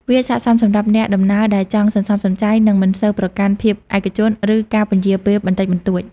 វាស័ក្តិសមសម្រាប់អ្នកដំណើរដែលចង់សន្សំសំចៃ និងមិនសូវប្រកាន់ភាពឯកជន ឬការពន្យារពេលបន្តិចបន្តួច។